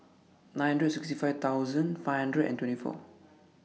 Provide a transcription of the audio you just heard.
nine hundred and sixty five thousand five hundred and twenty four